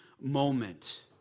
moment